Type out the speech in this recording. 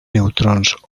neutrons